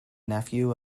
nephew